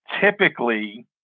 Typically